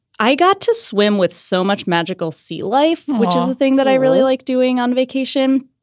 i got to swim with so much magical sea life which is the thing that i really like doing on vacation.